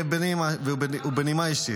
ובנימה אישית,